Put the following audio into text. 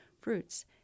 fruits